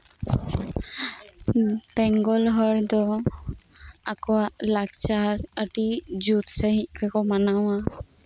ᱵᱮᱝᱜᱚᱞ ᱦᱚᱲᱫᱚ ᱟᱠᱩᱣᱟᱜ ᱞᱟᱠᱪᱟᱨ ᱟᱹᱰᱤ ᱡᱩᱛ ᱥᱟᱺᱦᱤᱧ ᱜᱮᱠᱩ ᱢᱟᱱᱟᱣᱟ